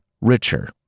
richer